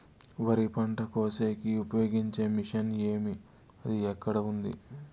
వరి పంట కోసేకి ఉపయోగించే మిషన్ ఏమి అది ఎక్కడ ఉంది?